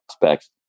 prospects